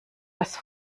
was